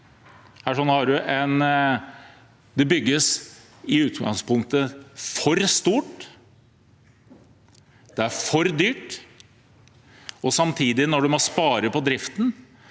verre. Det bygges i utgangspunktet for stort, det er for dyrt, og samtidig, når man må spare på driften,